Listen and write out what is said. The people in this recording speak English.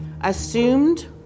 assumed